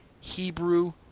Hebrew